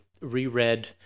reread